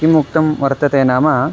किम् उक्तं वर्तते नाम